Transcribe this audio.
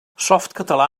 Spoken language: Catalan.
softcatalà